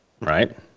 right